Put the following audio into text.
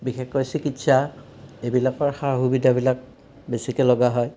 বিশেষকৈ চিকিৎসা এইবিলাকৰ সা সুবিধাবিলাক বেছিকৈ লগা হয়